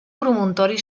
promontori